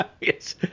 Yes